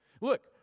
Look